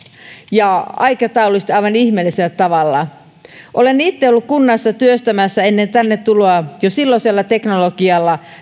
ja aikataulullisesti aivan ihmeellisellä tavalla olen itse ollut kunnassa työstämässä ennen tänne tuloani jo silloisella teknologialla